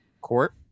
court